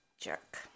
Jerk